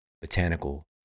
botanical